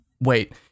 wait